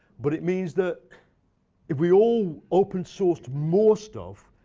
but it means that if we all open sourced more stuff,